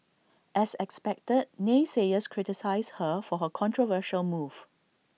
as expected naysayers criticised her for her controversial move